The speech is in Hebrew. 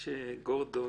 איציק גורדון,